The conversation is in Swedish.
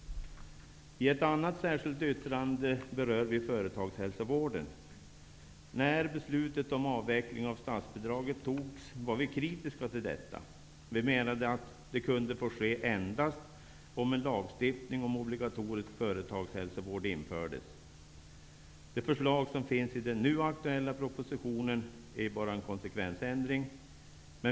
I ett annat särskilt yttrande berör vi företagshälsovården. När beslutet om avveckling av statsbidraget fattades, var vi kritiska till detta. Vi menade att detta kunde få ske endast om en lagstiftning om obligatorisk företagshälsovård infördes. Det förslag som finns i den nu aktuella propositionen är bara en konsekvensändring.